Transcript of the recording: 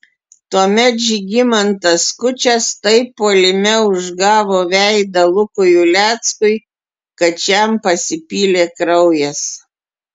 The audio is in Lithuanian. tuomet žygimantas skučas taip puolime užgavo veidą lukui uleckui kad šiam pasipylė kraujas